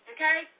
Okay